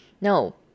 No